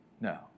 no